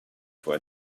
for